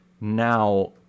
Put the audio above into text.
now